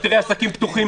תראה עסקים פתוחים.